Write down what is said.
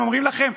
הם אומרים לכם: